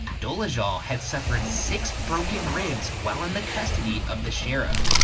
dolezal had suffered six broken ribs while in the custody of the sheriff.